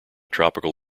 tropical